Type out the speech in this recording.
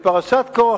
בפרשת קורח,